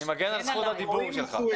אני מגן על זכות הדיבור שלך.